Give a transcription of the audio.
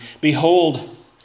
Behold